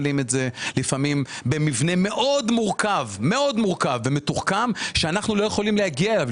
לפעמים במבנה מאוד מורכב ומתוחכם שאנחנו לפעמים לא יכולים להגיע אליו.